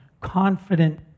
confident